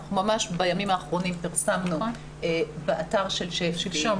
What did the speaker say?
בימים האחרונים פרסמנו באתר של שפ"י,